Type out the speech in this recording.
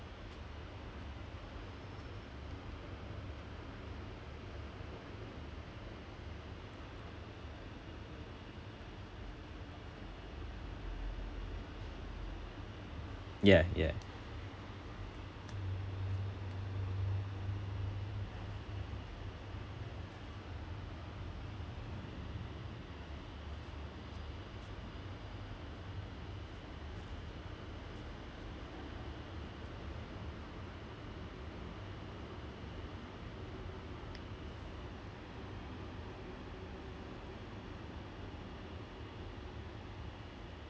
yeah yeah